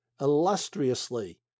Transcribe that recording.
illustriously